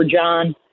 John